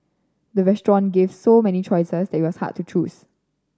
the restaurant gave so many choices that it was hard to choose